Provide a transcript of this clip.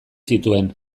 zituen